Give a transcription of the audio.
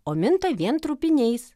o minta vien trupiniais